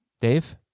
Dave